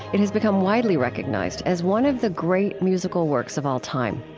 it has become widely recognized as one of the great musical works of all time.